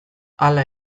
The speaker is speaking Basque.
hala